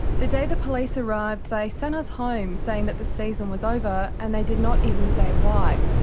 the day the police arrived, they sent us home saying that the season was over and they did not even say why.